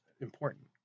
important